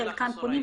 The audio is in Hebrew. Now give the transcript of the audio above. של 'כאן פונים',